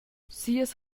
sias